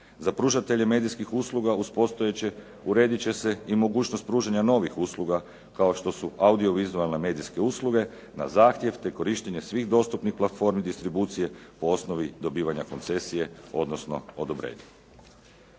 Za pružatelje medijskih usluga uz postojeće uredit će se i mogućnost pružanja novih usluga kao što su audio-vizualne medijske usluge na zahtjev te korištenje svih dostupnih platformi distribucije po osnovi dobivanja koncesije odnosno odobrenja.